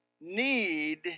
need